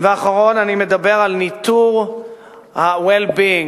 אני מדבר על ניטור ה-well-being,